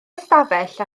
ystafell